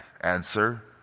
Answer